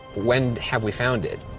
when have we found it.